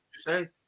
say